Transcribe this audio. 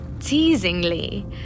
Teasingly